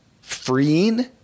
freeing